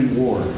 war